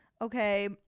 Okay